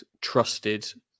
trusted